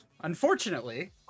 Unfortunately